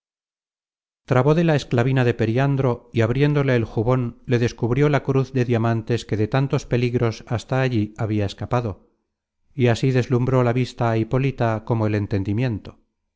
trabó de la esclavina de periandro y abriéndole el jubon le descubrió la cruz de diamantes que de tantos peligros hasta allí habia escapado y así deslumbró la vista á hipólita como el entendimiento